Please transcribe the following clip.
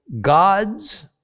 gods